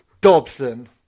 Dobson